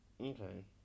okay